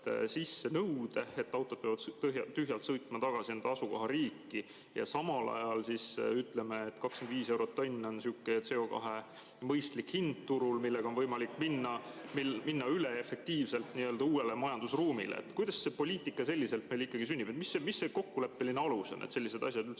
sisse nõude, et autod peavad tühjalt sõitma tagasi enda asukohariiki. Samal ajal ütleme, et 25 eurot tonn on sihuke CO2mõistlik hind turul, millega on võimalik minna efektiivselt üle uude majandusruumi. Kuidas see poliitika meil selliselt ikkagi sünnib? Mis see kokkuleppeline alus on, et sellised asjad üldse